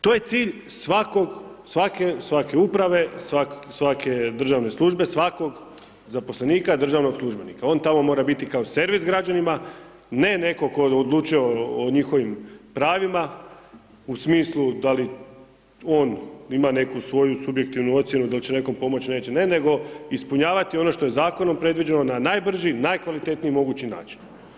To je cilj svakog, svake uprave, svake državne službe, svakog zaposlenika državnog službenika, on tamo mora biti kao servis građanima, ne netko tko odlučuje o njihovim pravima u smislu da li on ima neku svoju subjektivnu ocjenu, dal će nekom pomoć, neće ne, nego ispunjavati ono što je zakonom predviđeno, na najbrži, najkvalitetniji mogući način.